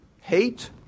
hate